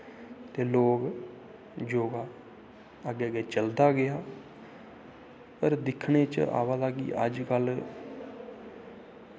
ते लोग योगा अग्गै अग्गै चलदा गेआ पर दिक्खनें च अबा दा कि अजकल